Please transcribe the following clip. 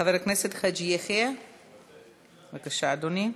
חבר הכנסת חאג' יחיא, בבקשה, אדוני.